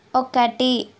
ఒకటి